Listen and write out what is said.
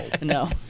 No